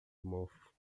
mofo